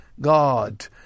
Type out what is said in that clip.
God